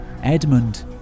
Edmund